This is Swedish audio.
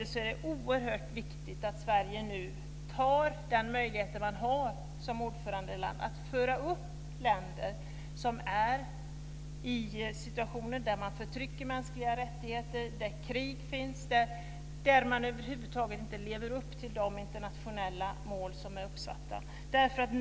Det är oerhört viktigt att Sverige nu tar möjligheten att som ordförandeland föra upp länder där mänskliga rättigheter förtrycks, där krig förs och där man över huvud taget inte lever upp till uppsatta internationella mål. Nu har Sverige den möjligheten.